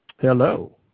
hello